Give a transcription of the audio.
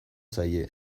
zaie